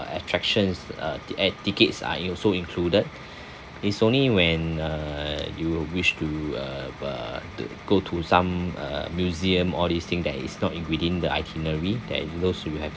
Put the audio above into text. attractions uh the air tickets are in~ also included it's only when uh you would wish to uh uh to go to some uh museum all these thing that is not in within the itinerary that in those you'll have